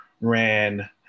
ran